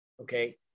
Okay